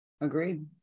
Agreed